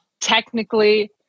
technically